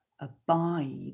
abide